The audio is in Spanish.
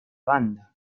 banda